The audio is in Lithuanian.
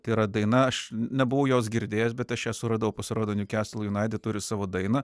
tai yra daina aš nebuvau jos girdėjęs bet aš ją suradau pasirodo newcastle united turi savo dainą